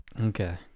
Okay